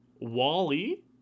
Wally